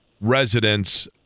residents